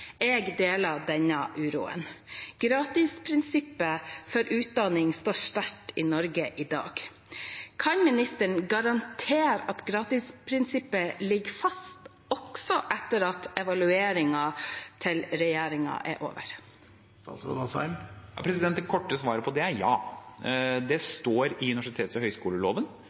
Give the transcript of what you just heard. Jeg deler denne uroen. Gratisprinsippet for utdanning står sterkt i Norge i dag. Kan ministeren garantere at gratisprinsippet ligger fast også etter at evalueringen til regjeringen er over? Det korte svaret på det er ja, det står i universitets- og høyskoleloven.